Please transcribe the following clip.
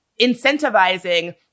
incentivizing